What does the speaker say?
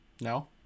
No